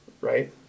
right